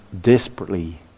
desperately